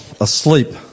asleep